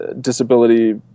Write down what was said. disability